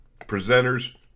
presenters